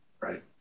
right